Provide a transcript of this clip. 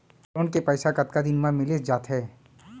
Loan के पइसा कतका दिन मा मिलिस जाथे?